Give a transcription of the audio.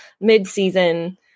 mid-season